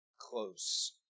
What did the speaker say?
close